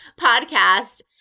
podcast